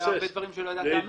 היו הרבה דברים שלא ידעת לענות לי.